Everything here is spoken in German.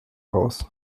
raus